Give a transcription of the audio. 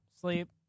sleep